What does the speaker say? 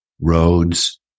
roads